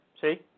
see